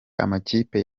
amakipe